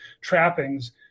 trappings